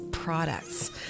Products